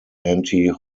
anti